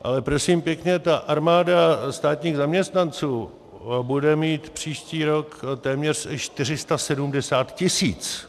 Ale prosím pěkně ta armáda státních zaměstnanců bude mít příští rok téměř 470 tisíc.